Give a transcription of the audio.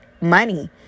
money